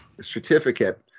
certificate